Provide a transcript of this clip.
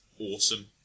awesome